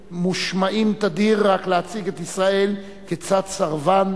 מושמעים תדיר רק כדי להציג את ישראל כצד הסרבן,